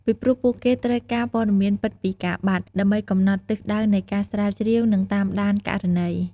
ពីព្រោះ ពួកគេត្រូវការព័ត៌មានពិតពីការបាត់ ដើម្បីកំណត់ទិសដៅនៃការស្រាវជ្រាវ និងតាមដានករណី។